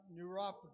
neuropathy